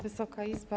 Wysoka Izbo!